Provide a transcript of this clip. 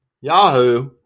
Yahoo